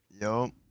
yo